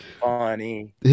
funny